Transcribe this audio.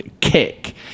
kick